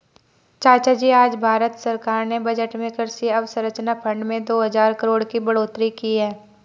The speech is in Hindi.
चाचाजी आज भारत सरकार ने बजट में कृषि अवसंरचना फंड में दो हजार करोड़ की बढ़ोतरी की है